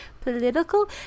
political